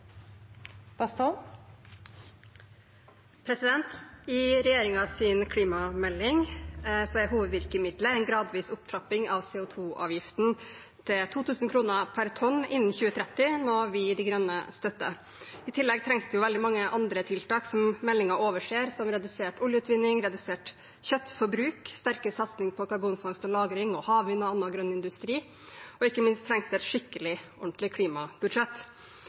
til 2 000 kr per tonn innen 2030, noe vi i Miljøpartiet De Grønne støtter. I tillegg trengs det veldig mange andre tiltak som meldingen overser, som redusert oljeutvinning, redusert kjøttforbruk, sterkere satsing på karbonfangst og -lagring, havvind og annen grønn industri. Ikke minst trengs det et skikkelig, ordentlig klimabudsjett.